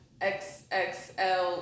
XXL